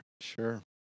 Sure